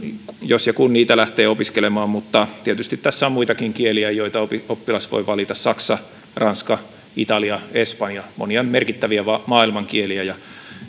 jos ja kun niitä lähtee opiskelemaan mutta tietysti tässä on muitakin kieliä joita oppilas voi valita saksa ranska italia espanja monia merkittäviä maailmankieliä ja